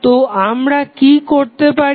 তো আমরা কি করতে পারি